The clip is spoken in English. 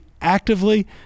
actively